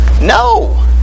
no